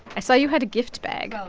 i saw you had a gift bag. well,